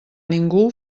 ningú